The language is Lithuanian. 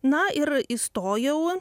na ir įstojau